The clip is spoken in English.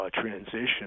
transition